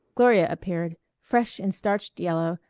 gloria appeared, fresh in starched yellow,